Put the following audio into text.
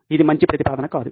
ఇది మంచి ప్రతిపాదన కాదు